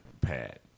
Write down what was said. pad